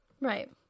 Right